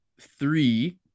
three